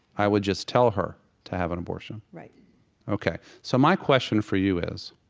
i would just tell her to have an abortion right ok. so my question for you is.